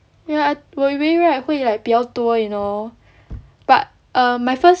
ya 我以为 right 会 like 比较多 you know but err my first